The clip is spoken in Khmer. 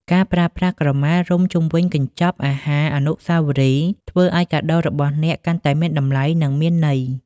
ការប្រើប្រាស់ក្រមារុំជុំវិញកញ្ចប់អាហារអនុស្សាវរីយ៍ ធ្វើឱ្យកាដូរបស់អ្នកកាន់តែមានតម្លៃ និងមានន័យ។